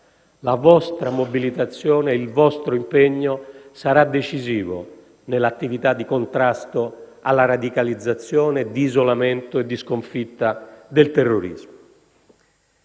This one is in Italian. La vostra mobilitazione e il vostro impegno saranno decisivi nell'attività di contrasto alla radicalizzazione, di isolamento e di sconfitta del terrorismo.